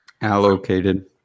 Allocated